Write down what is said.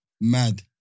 Mad